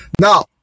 Now